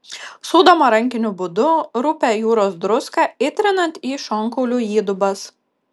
sūdoma rankiniu būdu rupią jūros druską įtrinant į šonkaulių įdubas